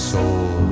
soul